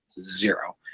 zero